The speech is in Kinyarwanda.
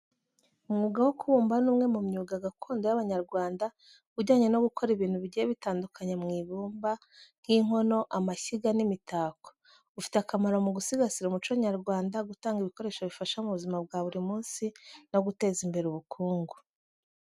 Umwuga wo kubumba ni umwe mu myuga gakondo y’Abanyarwanda ujyanye no gukora ibintu bigiye bitandukanye mu ibumba, nk’inkono, amashyiga, n’imitako. Ufite akamaro mu gusigasira umuco nyarwanda, gutanga ibikoresho bifasha mu buzima bwa buri munsi, no guteza imbere ubukungu.